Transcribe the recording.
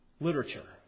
literature